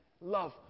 love